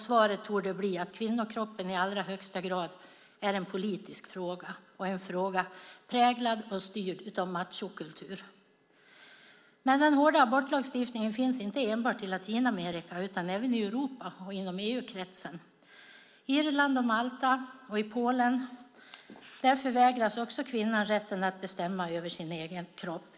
Svaret torde bli att kvinnokroppen i allra högsta grad är en politisk fråga, och en fråga präglad och styrd av machokulturen. Men den hårda abortlagstiftningen finns inte enbart i Latinamerika utan även i Europa och inom EU-kretsen. På Irland och Malta och i Polen förvägras kvinnan också rätten att bestämma över sin egen kropp.